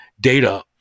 data